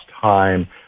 time